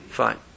fine